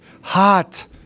hot